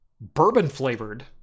bourbon-flavored